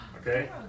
Okay